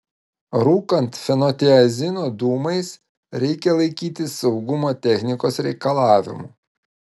rūkant fenotiazino dūmais reikia laikytis saugumo technikos reikalavimų